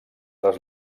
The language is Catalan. dels